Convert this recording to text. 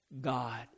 God